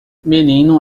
menino